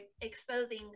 exposing